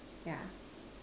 yeah